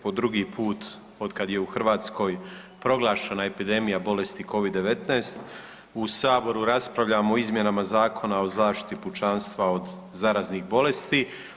Po drugi put od kada je u Hrvatskoj proglašena epidemija bolesti covid-19 u Saboru raspravljamo o izmjenama Zakona o zaštiti pučanstva od zaraznih bolesti.